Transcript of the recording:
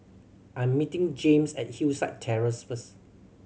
I'm meeting James at Hillside Terrace first